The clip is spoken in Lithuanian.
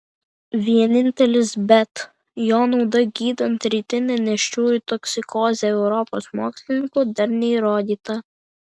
vienintelis bet jo nauda gydant rytinę nėščiųjų toksikozę europos mokslininkų dar neįrodyta